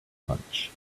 punch